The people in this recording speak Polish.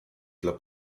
dla